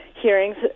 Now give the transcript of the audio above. hearings